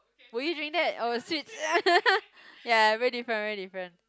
will you drink that oh sweet ya very different very different